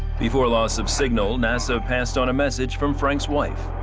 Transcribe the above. before loss of signal, nasa passed on a message from frank's wife,